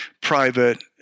private